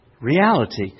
Reality